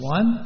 One